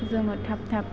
जोङो थाब थाब